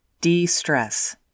de-stress